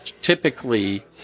Typically